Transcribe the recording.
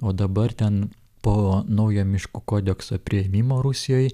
o dabar ten po naujo miško kodekso priėmimo rusijoj